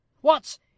What